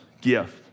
gift